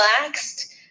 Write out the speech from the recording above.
relaxed